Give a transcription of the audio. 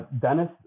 Dennis